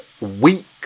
weak